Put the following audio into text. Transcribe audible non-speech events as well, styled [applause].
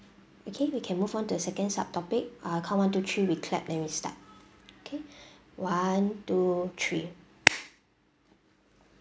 okay we can move on to the second sub topic I count one two three we clap then we start okay [breath] one two three